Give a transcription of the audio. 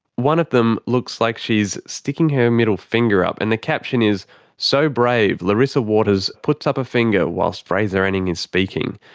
one of them looks like she's sticking her middle finger up and the caption is so brave! larissa waters puts up a finger whilst fraser anning is speaking!